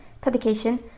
publication